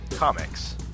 Comics